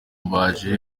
baje